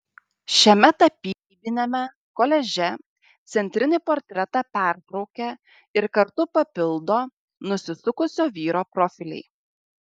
šiame tapybiniame koliaže centrinį portretą pertraukia ir kartu papildo nusisukusio vyro profiliai